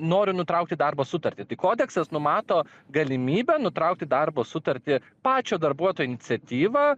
noriu nutraukti darbo sutartį tai kodeksas numato galimybę nutraukti darbo sutartį pačio darbuotojo iniciatyva